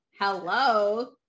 hello